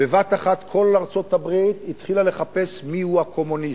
בבת-אחת כל ארצות-הברית התחילה לחפש מיהו הקומוניסט.